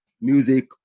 music